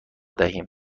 دهیم